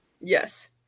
yes